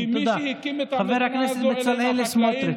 כי מי שהקים את הממשלה הזו אלה החקלאים,